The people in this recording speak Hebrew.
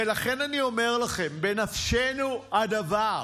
ולכן אני אומר לכם, בנפשנו הדבר.